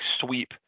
sweep